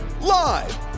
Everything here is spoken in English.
Live